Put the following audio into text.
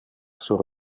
sur